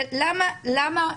למה?